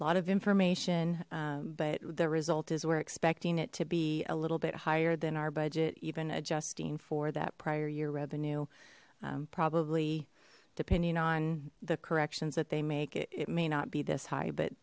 a lot of information but the result is we're expecting it to be a little bit higher than our budget even adjusting for that prior year revenue probably depending on the corrections that they make it may not be this high but